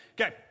Okay